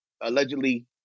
allegedly